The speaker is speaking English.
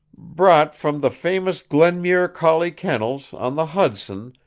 bought from the famous glenmuir collie kennels, on the hudson,